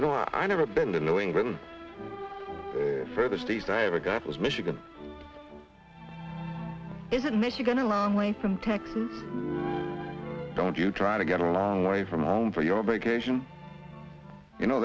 you know i never been to new england for the states i ever got was michigan is in michigan a long way from texas don't you try to get already from home for your vacation you know